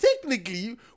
technically